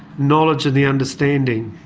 knowledge and the understanding